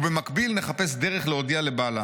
ובמקביל נחפש דרך להודיע לבעלה,